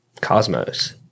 cosmos